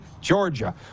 Georgia